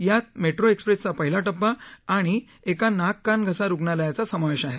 यात मेट्रो एक्प्रेसचा पहिला टप्पा आणि एका नाककानघसा रुग्णालयाचा समावेश आहे